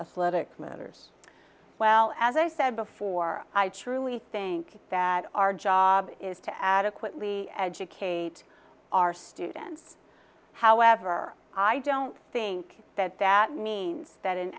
others well as i said before i truly think that our job is to adequately educate our students however i don't think that that means that an